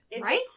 Right